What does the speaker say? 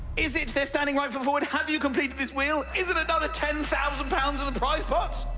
is it, they're standing right foot forward? have you completed this wheel? is it another ten thousand pounds in the prize pot?